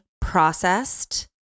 processed